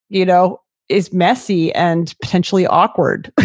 you know is messy and potentially awkward. but